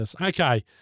Okay